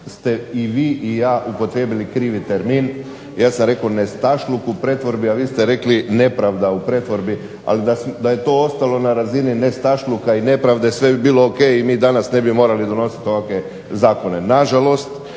ste i vi i ja upotrijebili krivi termin. Ja sam rekao nestašluk u pretvorbi,a vi ste rekli nepravda u pretvorbi. Ali, da je to ostalo na razini nestašluka i nepravde sve bi bilo ok i mi danas ne bi morali donositi ovakve zakone. Nažalost,